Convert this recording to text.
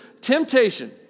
Temptation